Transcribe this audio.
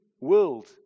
world